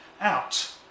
out